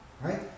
Right